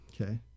okay